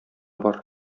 бар